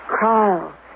Carl